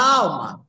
alma